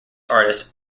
artist